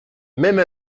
même